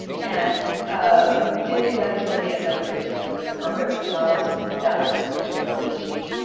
and ah we did eventually end up replacing some of the carpet, which helped but that wasn't particularly cheap.